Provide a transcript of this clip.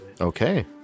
Okay